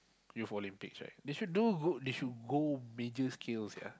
if Olympics right they should do go they should go middle skills yea